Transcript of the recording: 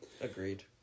Agreed